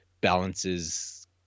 balances